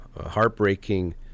heartbreaking